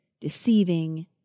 deceiving